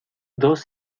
dos